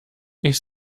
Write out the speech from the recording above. ich